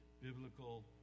biblical